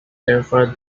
therefore